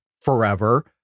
forever